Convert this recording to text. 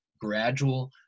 gradual